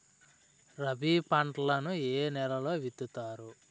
రబీ పంటలను ఏ నెలలో విత్తుతారు?